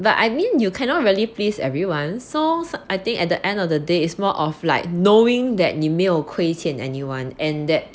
but I mean you cannot really please everyone so I think at the end of the day is more of like knowing that 你没有亏欠 anyone and that